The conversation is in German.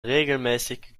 regelmäßig